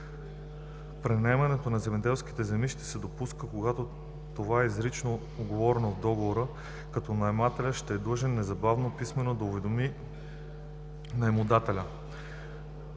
Пренаемане на земеделска земя ще се допуска, когато това е изрично уговорено в договора, като наемателят ще е длъжен незабавно писмено да уведоми наемодателя.